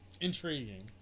Intriguing